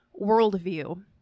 worldview